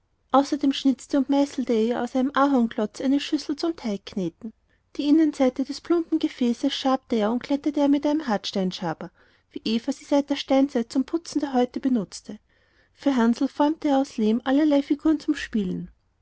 außerdem schnitzte und meißelte er ihr aus einem ahornklotz eine schüssel zum teigkneten die innenseite des plumpen gefäßes schabte und glättete er mit einem hartsteinschaber wie eva sie seit der steinzeit zum putzen der häute benützte für hansl formte er aus lehm allerlei figuren zum spielen